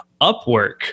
Upwork